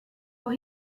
for